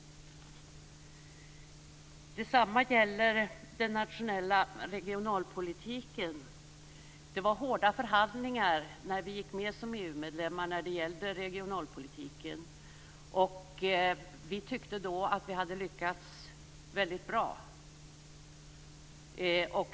Detsamma gäller den nationella regionalpolitiken. Det var hårda förhandlingar när vi gick med som EU medlemmar när det gällde regionalpolitiken. Vi tyckte då att vi hade lyckats väldigt bra.